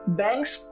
banks